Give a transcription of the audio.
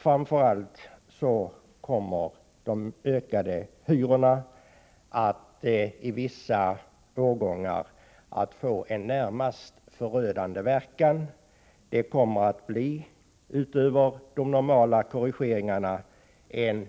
Framför allt kommer de ökade hyrorna att i vissa årgångar få en närmast förödande verkan. Utöver de förhandlingsmässiga korrigeringarna av